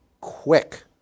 quick